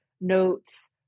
notes